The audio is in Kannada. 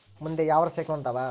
ಮುಂದೆ ಯಾವರ ಸೈಕ್ಲೋನ್ ಅದಾವ?